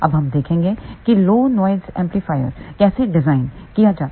अब हम देखेंगे कि लो नॉइस एम्पलीफायर कैसे डिजाइन किया जाए